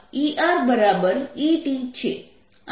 આ સમીકરણ 1 છે